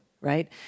right